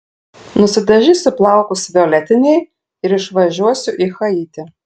nusidažysiu plaukus violetiniai ir išvažiuosiu į haitį